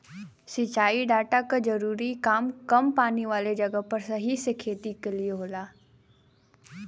सिंचाई डाटा क जरूरी काम कम पानी वाले जगह पर सही से खेती क लिए होला